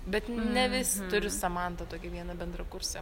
bet ne visi turiu samantą tokią vieną bendrakursę